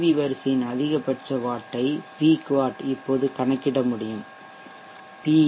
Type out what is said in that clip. we வரிசையின் அதிகபட்ச வாட்டை பீக் வாட் இப்போது கணக்கிட முடியும் பி